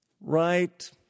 right